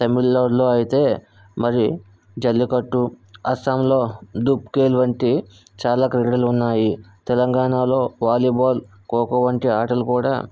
తమిళనాడులో అయితే మరి జల్లికట్టు అస్సాంలో దూప్కేల్ వంటి చాలా క్రీడలు ఉన్నాయి తెలంగాణలో వాలీబాల్ ఖోఖో వంటి ఆటలు కూడా